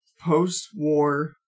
post-war